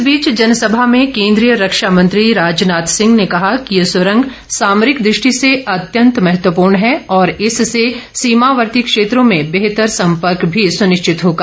इस बीच जनसभा में केन्द्रीय रक्षा मंत्री राजनाथ सिंह ने कहा कि ये सुरंग सामरिक दृष्टि से अत्यंत महत्वपूर्ण है और इससे सीमावर्ती क्षेत्रों में बेहतर संपर्क भी सुनिश्चित होगा